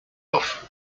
offs